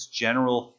general